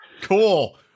Cool